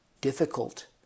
difficult